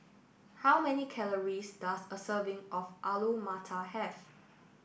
how many calories does a serving of Alu Matar have